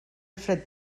fred